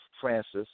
Francis